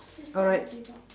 alright